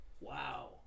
Wow